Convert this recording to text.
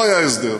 לא היה הסדר,